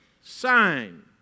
Sign